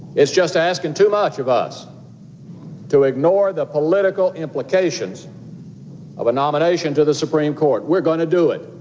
it's just asking too much of us to ignore the political implications of a nomination to the supreme court. we're going to do it.